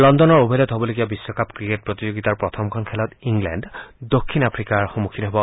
লণ্ডনৰ অভেলত হবলগীয়া বিশ্বকাপ ক্ৰিকেট প্ৰতিযোগিতাৰ প্ৰথমখন খেলত ইংলেণ্ড দক্ষিণ আফ্ৰিকাৰ সন্মুখীন হ'ব